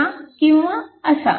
असा किंवा असा